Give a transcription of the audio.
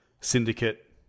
syndicate